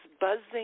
buzzing